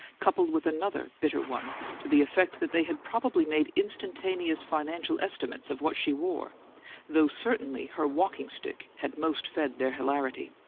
coupled with another bitter one to the effect that they had probably made instantaneous financial estimates of what she wore though certainly her walking-stick had most fed their hilarity.